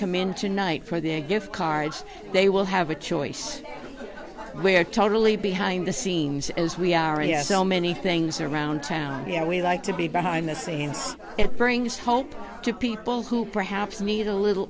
come in tonight for their gift cards they will have a choice we are totally behind the scenes as we are yet so many things around town yeah we like to be behind the scenes it brings hope to people who perhaps need a little